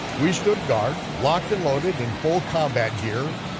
we stood guard, locked and loaded in full combat gear,